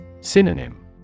Synonym